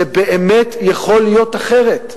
זה באמת יכול להיות אחרת.